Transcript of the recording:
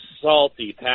salty